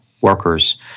Workers